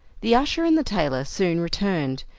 the usher and the tailor soon returned,